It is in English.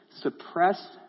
suppress